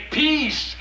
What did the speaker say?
peace